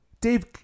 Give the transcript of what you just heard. Dave